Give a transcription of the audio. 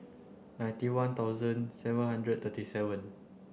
ninety one thousand seven hundred and thirty seven